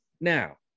Now